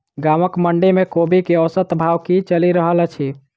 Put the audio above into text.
गाँवक मंडी मे कोबी केँ औसत भाव की चलि रहल अछि?